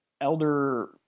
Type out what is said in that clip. elder